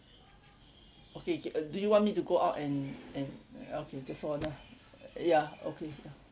okay okay uh do you want me to go out and and uh okay just hold on ah ya okay ya